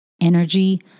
energy